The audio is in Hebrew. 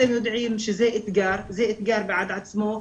אתם יודעים שזה אתגר, זה אתגר בפני עצמו,